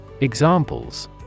Examples